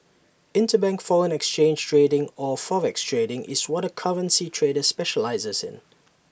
interbank foreign exchange trading or forex trading is what A currency trader specialises in